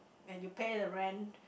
and you pay the rent